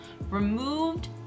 removed